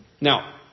Now